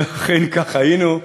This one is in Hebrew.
ואכן כך היינו.